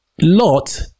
Lot